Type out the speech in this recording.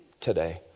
today